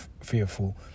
fearful